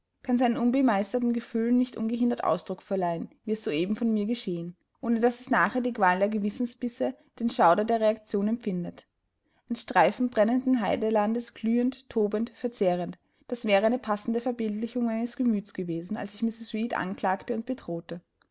kann seinen unbemeisterten gefühlen nicht ungehindert ausdruck verleihen wie es soeben von mir geschehen ohne daß es nachher die qualen der gewissensbisse den schauder der reaktion empfindet ein streifen brennenden heidelandes glühend tobend verzehrend das wäre eine passende verbildlichung meines gemüts gewesen als ich mrs reed anklagte und bedrohte